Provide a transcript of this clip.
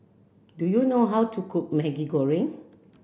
do you know how to cook Maggi Goreng